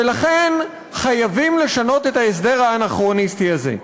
ולכן חייבים לשנות את ההסדר האנכרוניסטי הזה.